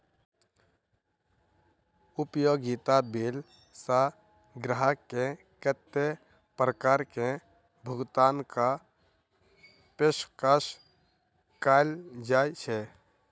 उपयोगिता बिल सऽ ग्राहक केँ कत्ते प्रकार केँ भुगतान कऽ पेशकश कैल जाय छै?